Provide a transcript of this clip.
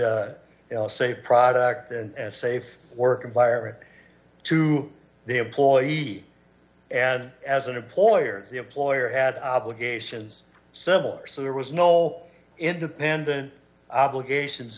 safe product and safe work environment to the employee and as an employer the employer had obligations similar so there was no independent obligations